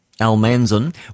Al-Manzon